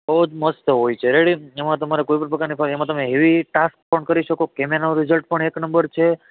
બહુ જ મસ્ત હોય છે રેડી એમાં તમારે કોઈપણ પ્રકારની કોઈ એમાં તમે હેવી ટાસ્ક પણ કરી શકો કેમેરાનું રિઝલ્ટ પણ એક નંબર છે